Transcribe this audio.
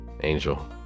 Angel